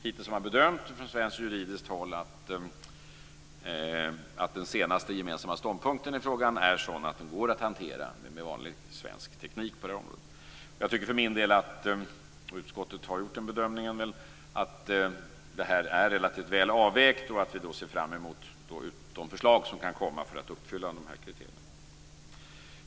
Hittills har man från svenskt juridiskt håll bedömt att den senaste gemensamma ståndpunkten i frågan är sådan att det går att hantera det här med vanlig svensk teknik på området. Jag tycker för min del, och utskottet har väl också gjort den bedömningen, att det här är relativt väl avvägt. Vi ser fram emot de förslag som kan komma för att uppfylla dessa kriterier.